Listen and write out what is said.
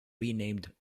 renamed